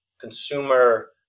consumer